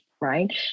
right